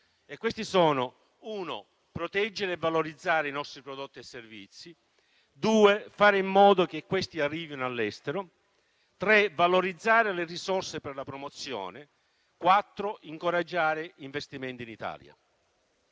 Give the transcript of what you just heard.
punti sono: proteggere e valorizzare i nostri prodotti e servizi; fare in modo che questi arrivino all'estero; valorizzare le risorse per la promozione; incoraggiare gli investimenti in Italia.